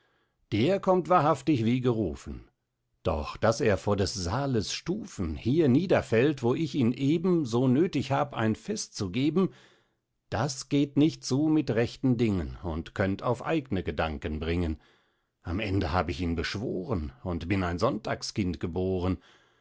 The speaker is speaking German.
der kommt warhaftig wie gerufen doch daß er vor des saales stufen hier niederfällt wo ich ihn eben so nöthig hab ein fest zu geben das geht nicht zu mit rechten dingen und könnt auf eigne gedanken bringen am ende hab ich ihn beschworen und bin ein sonntagskind geboren